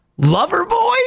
Loverboy